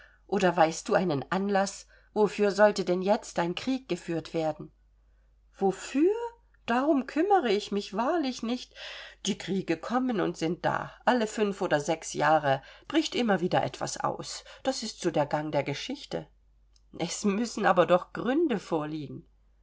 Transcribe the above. oder weißt du einen anlaß wofür sollte denn jetzt ein krieg geführt werden wofür darum kümmere ich mich wahrlich nicht die kriege kommen und sind da alle fünf oder sechs jahre bricht immer wieder etwas aus das ist so der gang der geschichte es müssen aber doch gründe vorliegen